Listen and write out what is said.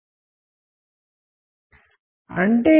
అడ్డంకులు అంటే కమ్యూనికేషన్ ని ఆపేవి